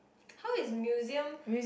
how is museum